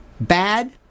Bad